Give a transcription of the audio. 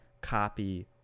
copy